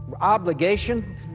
obligation